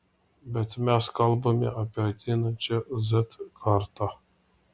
bet mes kalbame apie ateinančią z kartą